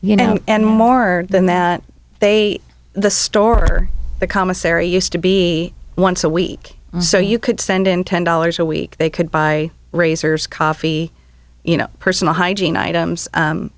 you know and more than that they the store or the commissary used to be once a week so you could send in ten dollars a week they could buy razors coffee you know personal hygiene items